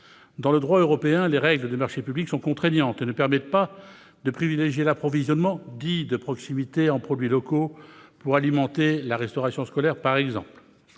Dans le droit européen, en effet, les règles des marchés publics sont contraignantes et ne permettent pas de privilégier l'approvisionnement dit de proximité en produits locaux, par exemple pour alimenter la restauration scolaire. La libre